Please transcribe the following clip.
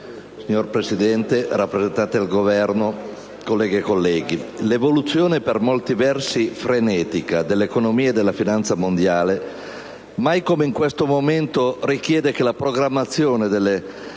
Signora Presidente, rappresentante del Governo, colleghe e colleghi, l'evoluzione per molti versi frenetica dell'economia e della finanza mondiale mai come in questo momento richiede che la programmazione delle risorse